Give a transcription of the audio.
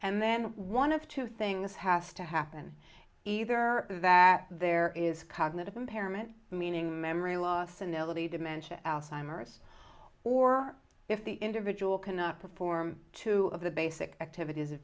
and then one of two things has to happen either that there is cognitive impairment meaning memory loss and military dimension out simers or if the individual cannot perform two of the basic activities